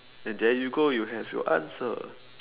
and there you go you have your answer